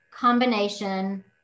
combination